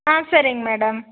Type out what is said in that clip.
ஆ சரிங் மேடம்